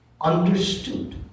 understood